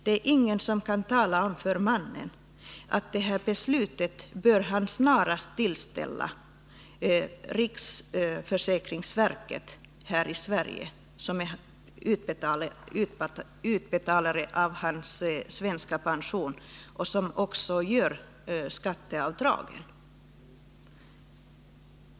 Det är ingen som kan tala om för mannen att han snarast bör skicka det här beslutet till riksförsäkringsverket här i Sverige, som är utbetalare av hans svenska pension och som också gör skatteavdragen.